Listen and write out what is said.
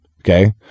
Okay